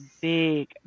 big